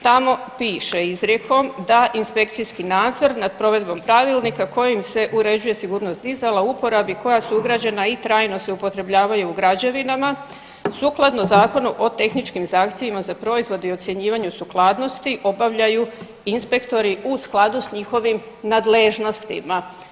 Tamo piše izrijekom da inspekcijski nadzor nad provedbom Pravilnika kojim se uređuje sigurnost dizala u uporabi koja su ugrađena i trajno se upotrebljavaju u građevinama, sukladno Zakonu o tehničkim zahtjevima za proizvode i ocjenjivanju sukladnosti obavljaju inspektori u skladu s njihovim nadležnostima.